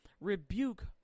rebuke